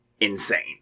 insane